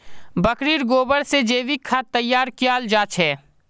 बकरीर गोबर से जैविक खाद तैयार कियाल जा छे